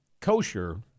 kosher